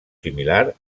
similar